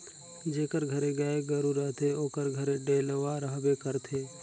जेकर घरे गाय गरू रहथे ओकर घरे डेलवा रहबे करथे